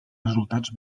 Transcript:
resultats